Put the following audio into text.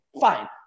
fine